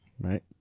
Right